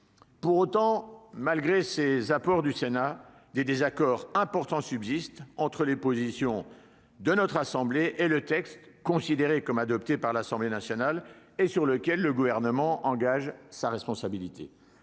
Pour autant, malgré le maintien de ces apports du Sénat, des désaccords importants subsistent entre les positions de notre assemblée et celles qui figurent dans le texte considéré comme adopté par l'Assemblée nationale, sur lequel le Gouvernement engage sa responsabilité.